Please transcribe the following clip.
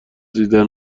دیدن